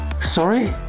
Sorry